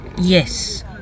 Yes